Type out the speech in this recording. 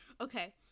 Okay